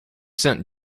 sent